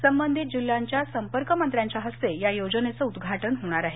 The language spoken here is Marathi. संबंधित जिल्ह्यांच्या संपर्कमंत्र्यांच्या हस्ते या योजनेचं उद्घाटन होणार आहे